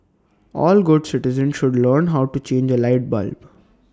all good citizens should learn how to change A light bulb